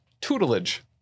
tutelage